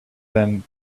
than